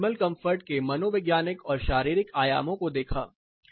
हमने thermal comfort के मनोवैज्ञानिक और शारीरिक आयामों को देखा